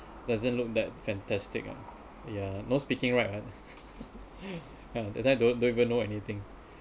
doesn't look that fantastic lah ya no speaking right what ya that time don't don't even know anything